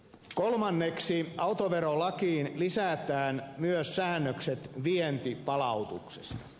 kolmanneksi autoverolakiin lisätään myös säännökset vientipalautuksesta